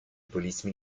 police